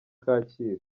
kacyiru